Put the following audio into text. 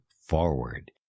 forward